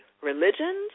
religions